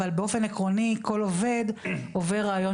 אבל באופן עקרוני כל עובד עובר ראיון